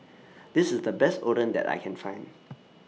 This IS The Best Oden that I Can Find